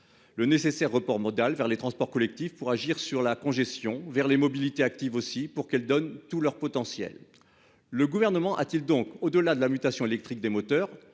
le nécessaire report modal vers les transports collectifs pour agir sur la congestion vers les mobilités actives aussi pour qu'elles donnent tout leur potentiel. Le gouvernement a-t-il donc au-delà de la mutation électrique des moteurs,